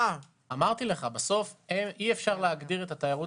אמרתי שאי-אפשר להכניס את התיירות